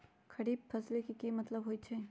खरीफ फसल के की मतलब होइ छइ?